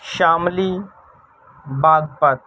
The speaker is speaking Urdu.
شاملی باغبپت